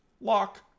lock